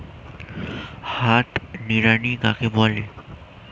হাত নিড়ানি কাকে বলে?